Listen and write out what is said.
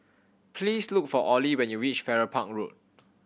please look for Olie when you reach Farrer Park Road